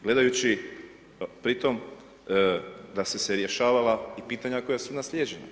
Gledajući pri tome da su se rješavala i pitanja koja su naslijeđena.